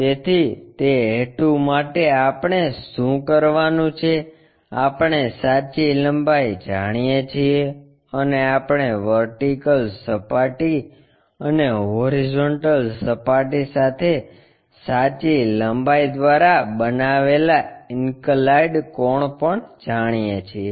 તેથી તે હેતુ માટે આપણે શું કરવાનું છે આપણે સાચી લંબાઈ જાણીએ છીએ અને આપણે વર્ટિકલ સપાટી અને હોરિઝોન્ટલ સપાટી સાથે સાચી લંબાઈ દ્વારા બનાવેલ ઇન્કલાઈન્ડ કોણ પણ જાણીએ છીએ